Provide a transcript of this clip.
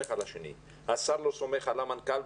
על השני השר לא סומך על המנכ"ל,